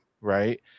Right